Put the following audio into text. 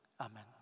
Amen